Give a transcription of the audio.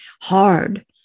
hard